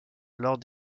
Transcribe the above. lors